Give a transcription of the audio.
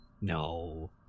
no